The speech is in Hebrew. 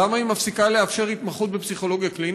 למה היא מפסיקה לאפשר התמחות בפסיכולוגיה קלינית?